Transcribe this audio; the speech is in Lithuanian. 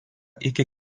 iki